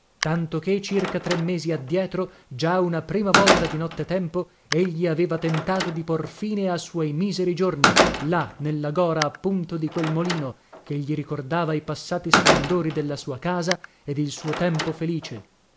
tanto che circa tre mesi addietro già una prima volta di notte tempo egli aveva tentato di pr fine a suoi miseri giorni là nella gora appunto di quel molino che gli ricordava i passati splendori della sua casa ed il suo tempo felice